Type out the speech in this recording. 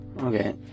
Okay